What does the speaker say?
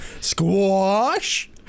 Squash